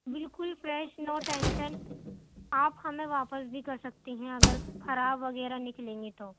بالکل fresh no tension آپ ہمیں واپس بھی کر سکتی ہیں اگر خراب وغیرہ نکلیں گی تو